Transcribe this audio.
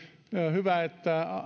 hyvä että